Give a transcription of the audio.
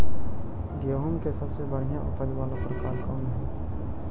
गेंहूम के सबसे बढ़िया उपज वाला प्रकार कौन हई?